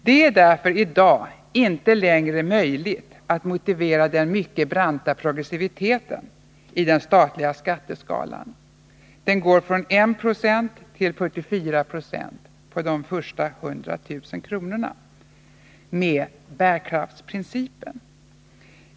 Det är därför i dag inte längre möjligt att motivera den mycket branta progressiviteten i den statliga skatteskalan — från 1 till 44 90 på de första 100 000 kronorna — med bärkraftsprincipen.